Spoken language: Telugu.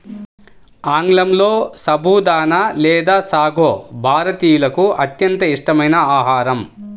ఆంగ్లంలో సబుదానా లేదా సాగో భారతీయులకు అత్యంత ఇష్టమైన ఆహారం